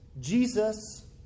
Jesus